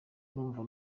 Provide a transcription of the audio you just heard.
numva